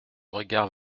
regard